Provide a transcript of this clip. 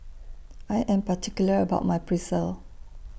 I Am particular about My Pretzel